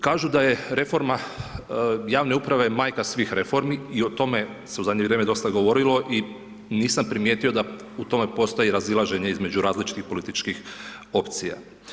Kažu da je reforma javne uprave majka svih reformi i o tome se u zadnje vrijeme dosta govorilo i nisam primijetio da u tome postoji razilaženje između različitih političkih opcija.